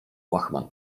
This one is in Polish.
łachman